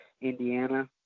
Indiana